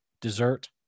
dessert